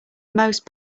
most